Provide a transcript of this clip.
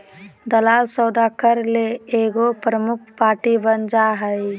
दलाल सौदा करे ले एगो प्रमुख पार्टी बन जा हइ